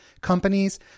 companies